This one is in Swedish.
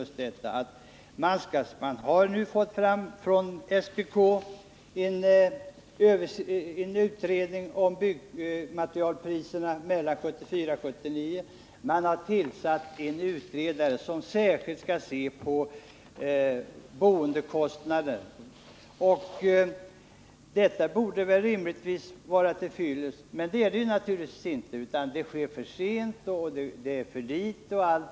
SPK har nu lagt fram en utredning om byggmaterialpriserna under åren 1974-1979, och man har tillsatt en utredare som särskilt skall undersöka boendekostnaderna. Detta borde rimligtvis vara till fyllest, men det är det naturligtvis inte, utan det heter att det är för sent, för litet, osv.